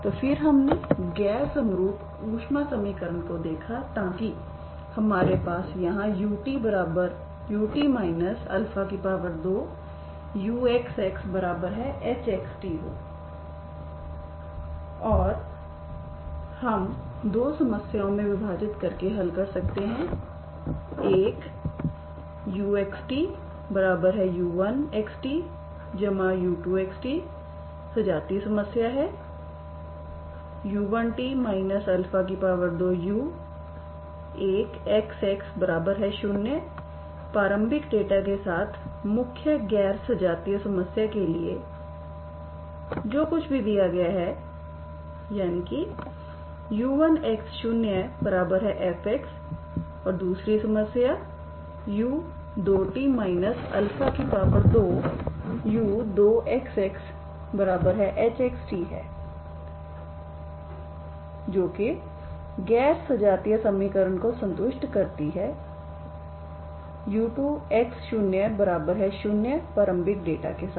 तो फिर हमने गैर समरूप ऊष्मा समीकरण को देखा ताकि हमारे यहां ut 2uxxhxt हो और इसे हम दो समस्याओं में विभाजित करके हल कर सकते हैं एकuxtu1xt u2xt सजातीय समस्या है u1t 2u1xx0 प्रारंभिक डेटा के साथ मुख्य गैर सजातीय समस्या के लिए जो कुछ भी दिया गया है यानी कि u1x0f और दूसरी समस्या u2t 2u2xxhxt है जोके गैर सजातीय समीकरण को संतुष्ट करती है u2x00 प्रारंभिक डेटा के साथ